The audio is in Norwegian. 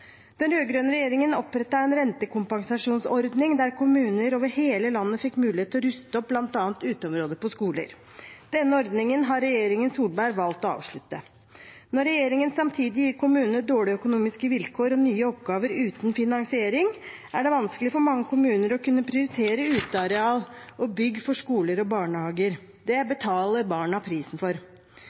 Den rød-grønne regjeringen opprettet en rentekompensasjonsordning der kommuner over hele landet fikk mulighet til å ruste opp bl.a. uteområdet på skoler. Denne ordningen har regjeringen Solberg valgt å avslutte. Når regjeringen samtidig gir kommunene dårlige økonomiske vilkår og nye oppgaver uten finansiering, er det vanskelig for mange kommuner å kunne prioritere utearealer og bygg for skoler og barnehager. Det betaler barna prisen for.